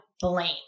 blame